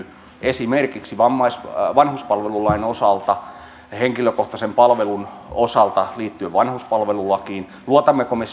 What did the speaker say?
esimerkiksi vanhuspalvelulain osalta ja henkilökohtaisen palvelun osalta liittyen vanhuspalvelulakiin luotammeko me